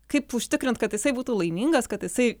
kaip užtikrint kad jisai būtų laimingas kad jisai